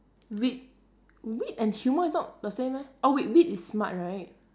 wit wit and humour is not the same meh oh wait wit is smart right